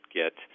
get